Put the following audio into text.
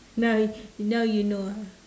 now you now you know ah